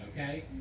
okay